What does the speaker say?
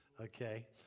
Okay